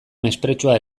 mespretxua